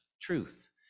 truth